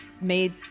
made